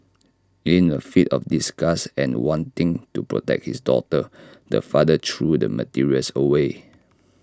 in A fit of disgust and wanting to protect his daughter the father threw the materials away